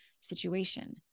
situation